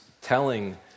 telling